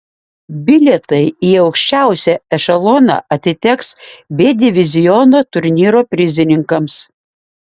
bilietai į aukščiausią ešeloną atiteks b diviziono turnyro prizininkams